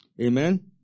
Amen